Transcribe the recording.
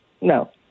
no